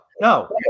no